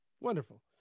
wonderful